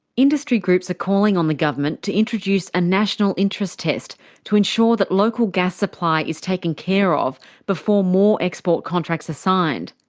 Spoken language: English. industry groups are calling on the government to introduce a national interest test to ensure that local gas supply is taken care of before more export contracts are signed.